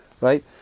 right